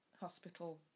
hospital